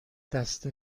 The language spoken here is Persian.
دسته